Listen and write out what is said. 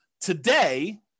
Today